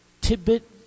tidbit